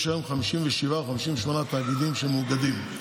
יש היום 57, 58 תאגידים שמאוגדים.